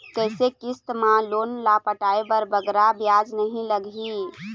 कइसे किस्त मा लोन ला पटाए बर बगरा ब्याज नहीं लगही?